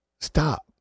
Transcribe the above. Stop